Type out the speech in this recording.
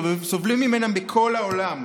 סובלים ממנה בכל העולם.